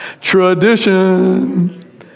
Tradition